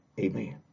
amen